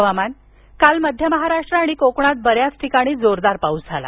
हवामान काल मध्य महाराष्ट्र आणि कोकणात बऱ्याच ठिकाणी जोरदार पाऊस झाला